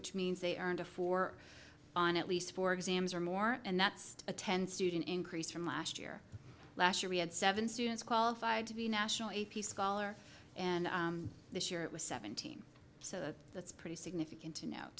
which means they earned a four on at least four exams or more and that's a ten student increase from last year last year we had seven students qualified to be national a p scholar and this year it was seventeen so that's pretty significant to